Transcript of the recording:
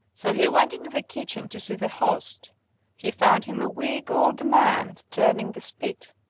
so he went into the kitchen to see the host he found him a weak old man turning the spit.